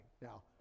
Now